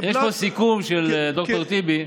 יש פה סיכום של ד"ר טיבי,